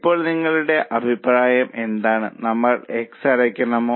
ഇപ്പോൾ നിങ്ങളുടെ അഭിപ്രായം എന്താണ് നമ്മൾക്ക് X അടക്കാമോ